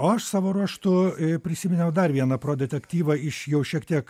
o aš savo ruožtu prisiminiau dar vieną pro detektyvą iš jo šiek tiek